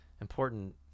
important